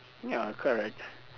ya correct